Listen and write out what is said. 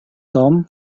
tom